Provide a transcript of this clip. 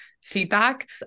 feedback